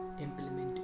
implement